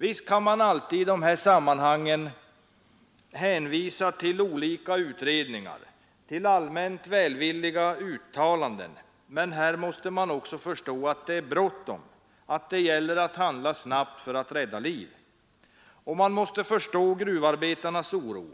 Visst kan man alltid i de här sammanhangen hänvisa till olika utredningar eller allmänt välvilliga uttalanden, men här måste man förstå att det är bråttom. Det gäller att handla snabbt för att rädda liv. Man måste förstå gruvarbetarnas oro.